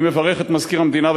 אני מברך את מזכיר המדינה,